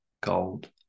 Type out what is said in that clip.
gold